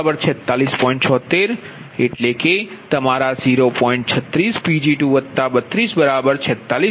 76 એટલે કે તમારા 0